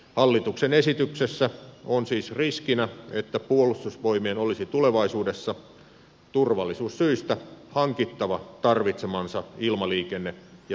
hallituksen esityksessä on siis riskinä että puolustusvoimien olisi tulevaisuudessa turvallisuussyistä hankittava tarvitsemansa ilmaliikenne ja sääpalvelut muualta